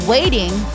Waiting